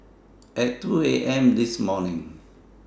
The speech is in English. At two A M This morning